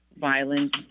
violence